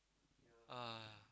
uh